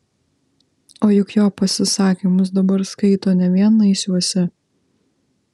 o juk jo pasisakymus dabar skaito ne vien naisiuose